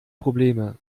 probleme